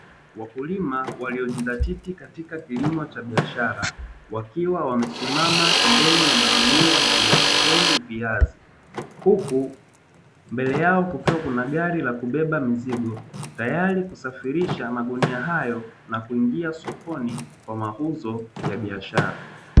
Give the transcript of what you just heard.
Wakulima walio jidhatiti katika kilimo cha biashara, wakiwa wamesimama pembeni ya madunia yaliyosheheni dr huku mbele yao kukiwa kuna gari la kubeba mizigo tayari kusafirisha magunia hayo na kuingia sokoni kwa mafunzo ya biashara.